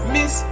Miss